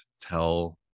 tell